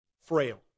frail